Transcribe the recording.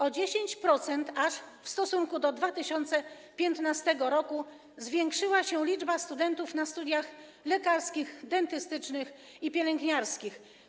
Aż o 10% w stosunku do 2015 r. zwiększyła się liczba studentów na studiach lekarskich, dentystycznych i pielęgniarskich.